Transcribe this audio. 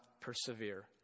persevere